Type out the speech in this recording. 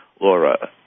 Laura